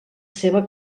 seva